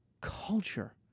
culture